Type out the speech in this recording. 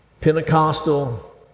Pentecostal